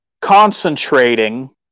concentrating